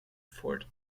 fort